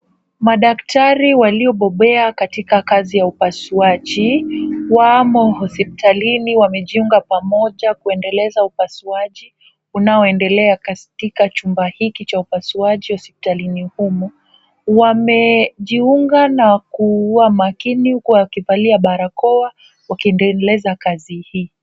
Madaktari waliobobea katika kazi ya upasuaji wamo hospitalini wamejiunga pamoja kuendeleza upasuaji unaoendelea katika chumba hiki cha upasuaji hospitalini humu. Wamejiunga na kuwa makini huku wakivalia barakoa wakiendeleza kazi hii.